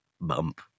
bump